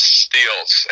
steals